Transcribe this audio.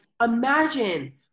imagine